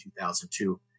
2002